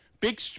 Big